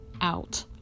out